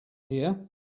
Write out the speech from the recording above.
here